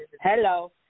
Hello